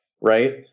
right